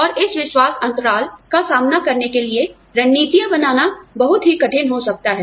और इस विश्वास अंतराल का सामना करने के लिए रणनीतियां बनाना बहुत ही कठिन हो सकता है